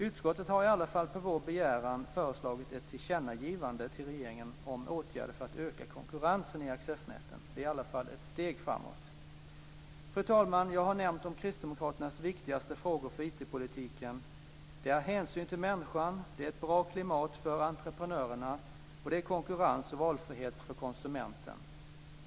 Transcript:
Utskottet har i varje fall på vår begäran föreslagit ett tillkännagivande till regeringen om åtgärder för att öka konkurrensen i accessnäten. Det är i alla fall ett steg framåt. Fru talman! Jag har nämnt kristdemokraternas viktigaste frågor för IT-politiken: hänsyn till människan, ett bra klimat för entreprenörerna och konkurrens och valfrihet för konsumenten.